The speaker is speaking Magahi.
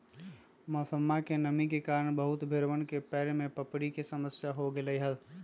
मौसमा में नमी के कारण बहुत भेड़वन में पैर के पपड़ी के समस्या हो गईले हल